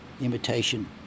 imitation